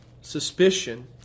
suspicion